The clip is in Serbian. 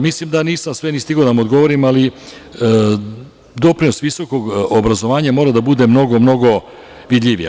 Mislim da nisam sve ni stigao da vam odgovorim, ali doprinos visokog obrazovanja mora da bude mnogo vidljiviji.